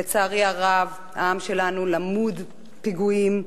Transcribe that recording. לצערי הרב העם שלנו למוד פיגועים,